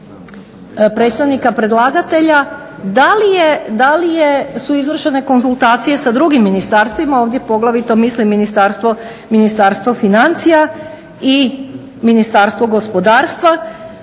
predstavnika predlagatelja da li su izvršene konzultacije sa drugim ministarstvima, ovdje poglavito mislim Ministarstvo financija i Ministarstvo gospodarstva,